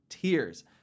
tears